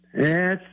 yes